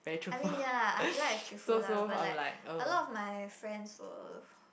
I mean ya aqilah is cheerful lah but like a lot of my friends were